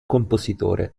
compositore